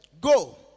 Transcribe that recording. Go